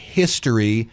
history